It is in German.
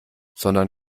sondern